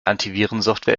antivirensoftware